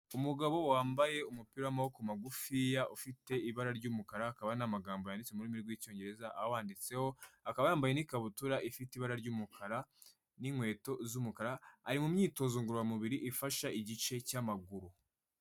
Umugabo wambaye umupira w'amaboko magufiya ufite ibara ry'umukara, hakaba n'amagambo yanditseho mu rurimi rw'Icyongereza awanditseho, akaba yambaye n'ikabutura ifite ibara ry'umukara n'inkweto z'umukara, ari mu myitozo ngororamubiri ifasha igice cy'amaguru.